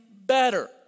better